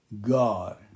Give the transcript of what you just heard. God